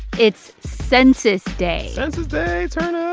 it's census day census day. turn up,